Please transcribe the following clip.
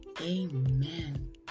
Amen